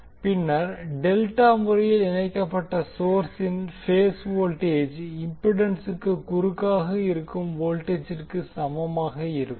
பின்னர் டெல்டா முறையில் இணைக்கப்பட்ட சோர்ஸின் பேஸ் வோல்டேஜ் இம்பிடன்சுக்கு குறுக்காக இருக்கும் வோல்டேஜிற்கு சமமாக இருக்கும